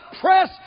press